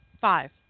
five